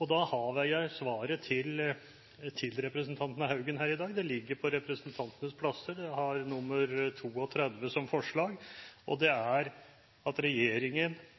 Da har jeg svaret til representanten Haugen her i dag: Det ligger på representantenes plasser, og det er forslag nr. 32, der vi ber regjeringen fremme en sak om «ulemper og